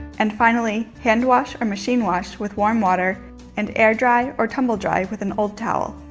and finally hand wash or machine wash with warm water and air dry or tumble dry with an old towel.